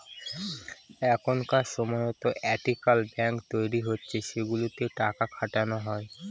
এখনকার সময়তো ethical banking তৈরী হচ্ছে সেগুলোতে টাকা খাটানো হয়